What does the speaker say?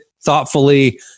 thoughtfully